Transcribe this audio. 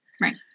Right